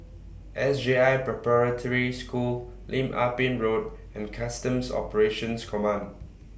S J I Preparatory School Lim Ah Pin Road and Customs Operations Command